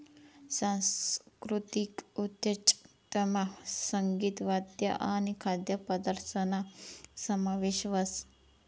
सांस्कृतिक उद्योजकतामा संगीत, वाद्य आणि खाद्यपदार्थसना समावेश व्हस